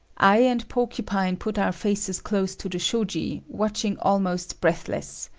i and porcupine put our faces close to the shoji, watching almost breathless.